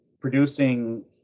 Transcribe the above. producing